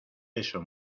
eso